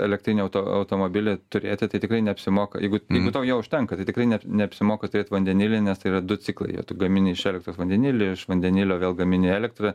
elektrinį auto automobilį turėti tai tikrai neapsimoka jeigu tau jo užtenka tai tikrai ne neapsimoka turėti vandenilį nes tai yra du ciklai gamini iš elektros vandenilį ir vandenilio vėl gamini elektrą